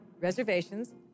reservations